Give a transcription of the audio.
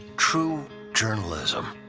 true journalism.